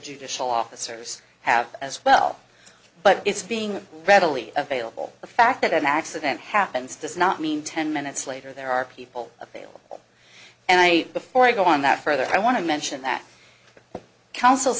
judicial officers have as well but it's being readily available the fact that an accident happens does not mean ten minutes later there are people available and i before i go on that further i want to mention that coun